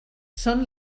són